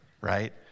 Right